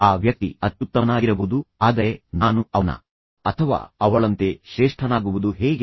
ಆ ವ್ಯಕ್ತಿ ಅತ್ಯುತ್ತಮನಾಗಿರಬಹುದು ಆದರೆ ನಾನು ಅವನ ಅಥವಾ ಅವಳಂತೆ ಶ್ರೇಷ್ಠನಾಗುವುದು ಹೇಗೆ